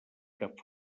cap